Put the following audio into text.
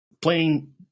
playing